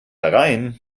herein